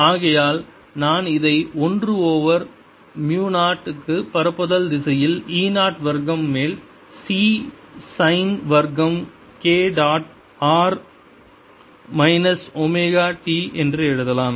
ஆகையால் நான் இதை ஒன்று ஓவர் மு 0 க்கு பரப்புதல் திசையில் e 0 வர்க்கம் மேல் c சைன் வர்க்கம் k dot r minus omega t என்று எழுதலாம்